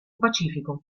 pacifico